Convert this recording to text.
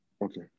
Okay